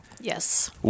Yes